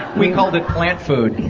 we called it plant food.